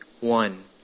one